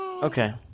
okay